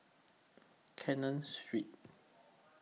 Canton Street